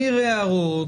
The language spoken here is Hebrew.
מעיר הערות,